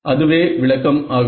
அதுவே விளக்கம் ஆகும்